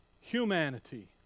humanity